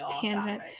tangent